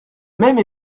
même